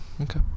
Okay